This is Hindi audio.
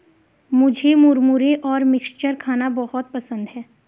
मुझे मुरमुरे और मिक्सचर खाना बहुत पसंद है